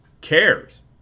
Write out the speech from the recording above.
cares